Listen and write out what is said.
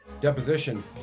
deposition